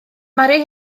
mari